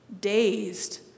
dazed